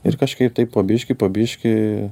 ir kažkaip tai po biškį po biškį